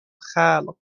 خلق